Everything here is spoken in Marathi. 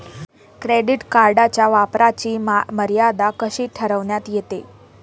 क्रेडिट कार्डच्या वापराची मर्यादा कशी ठरविण्यात येते?